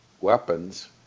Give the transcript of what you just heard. weapons